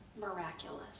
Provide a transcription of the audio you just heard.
miraculous